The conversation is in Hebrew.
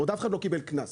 אף אחד עוד לא קיבל קנס.